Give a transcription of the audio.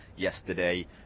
Yesterday